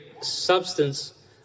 substance